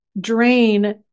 drain